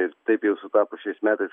ir taip jau sutapo šiais metais